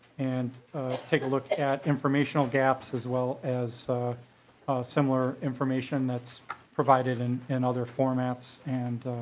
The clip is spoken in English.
and take a look at informational gaps as well as similar information that's provided and in other formats and